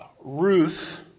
Ruth